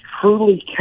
truly